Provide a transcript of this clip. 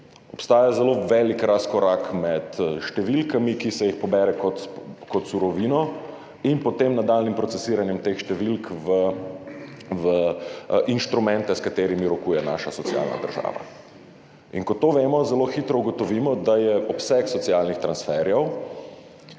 Obstaja zelo velik razkorak med številkami, ki se jih pobere kot surovino, in potem nadaljnjim procesiranjem teh številk v instrumente, s katerimi rokuje naša socialna država. In ko to vemo, zelo hitro ugotovimo, da je obseg socialnih transferjev